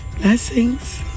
Blessings